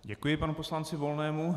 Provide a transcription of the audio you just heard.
Děkuji panu poslanci Volnému.